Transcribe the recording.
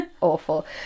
Awful